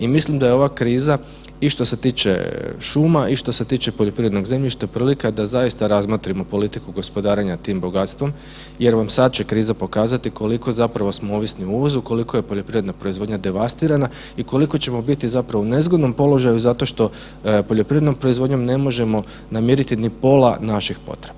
I mislim da je ova kriza i što se tiče šuma i što se tiče poljoprivrednog zemljišta prilika da zaista razmotrimo politiku gospodarenja tim bogatstvom jer vam sad će kriza pokazati koliko zapravo smo ovisni o uvozu, koliko je poljoprivredna proizvodnja devastirana i koliko ćemo biti zapravo u nezgodnom položaju zato što poljoprivrednom proizvodnjom ne možemo namiriti ni pola naših potreba.